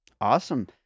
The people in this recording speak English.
Awesome